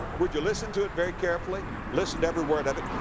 would you listen to it very carefully, listen to every word of it.